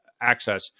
access